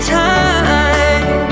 time